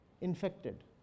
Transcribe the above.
infected